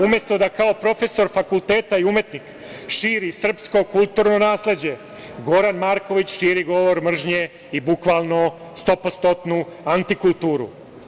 Umesto da kao profesor fakulteta i umetnik širi srpsko kulturno nasleđe Goran Marković širi govor mržnje i bukvalno stopostotnu antikulturu.